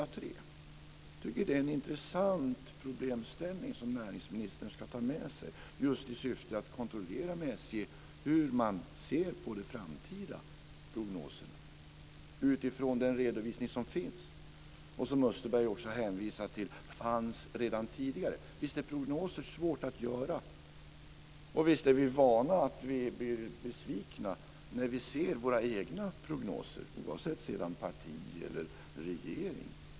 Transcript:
Jag tycker att det är en intressant problemställning, som näringsministern ska ta med sig, just i syfte att kontrollera med SJ hur man ser på de framtida prognoserna, utifrån den redovisning som finns och som Österberg också hänvisade till fanns redan tidigare. Visst är det svårt att göra prognoser, och visst är vi vana vid att bli besvikna över våra egna prognoser, oavsett parti eller regering.